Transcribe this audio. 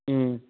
ꯎꯝ